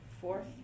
fourth